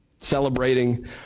celebrating